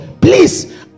please